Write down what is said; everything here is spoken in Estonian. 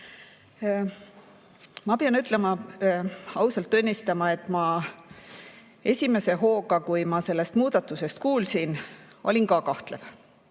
Ma pean ütlema, ausalt tunnistama, et esimese hooga, kui ma sellest muudatusest kuulsin, olin ka kahtlev.